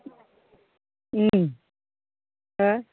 उम होह